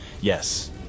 Yes